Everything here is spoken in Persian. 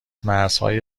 مرزهای